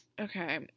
Okay